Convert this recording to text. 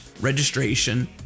registration